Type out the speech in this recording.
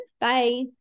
Bye